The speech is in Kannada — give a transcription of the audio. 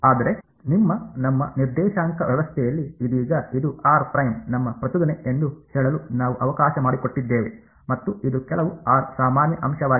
ಆದರೆ ನಿಮ್ಮ ನಮ್ಮ ನಿರ್ದೇಶಾಂಕ ವ್ಯವಸ್ಥೆಯಲ್ಲಿ ಇದೀಗ ಇದು ನಮ್ಮ ಪ್ರಚೋದನೆ ಎಂದು ಹೇಳಲು ನಾವು ಅವಕಾಶ ಮಾಡಿಕೊಟ್ಟಿದ್ದೇವೆ ಮತ್ತು ಇದು ಕೆಲವು ಆರ್ ಸಾಮಾನ್ಯ ಅಂಶವಾಗಿದೆ